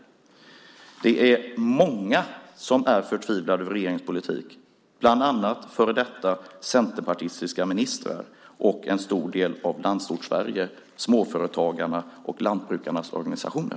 Det är många som är förtvivlade över regeringens politik, bland annat före detta centerpartistiska ministrar och en stor del av Landsorts-Sverige, småföretagarna och lantbrukarnas organisationer.